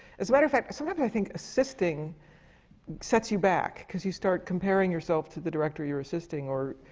as a matter of fact, sometimes i think assisting sets you back, cause you start comparing yourself to the director you're assisting or